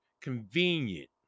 convenient